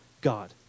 God